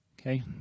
okay